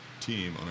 team